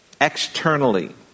externally